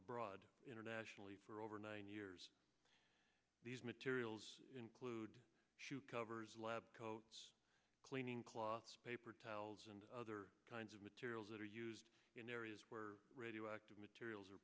abroad internationally for over nine years these materials include covers lab cleaning cloths paper towels and other kinds of materials that are used in areas where radioactive materials are